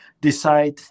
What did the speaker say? decide